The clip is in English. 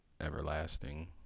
everlasting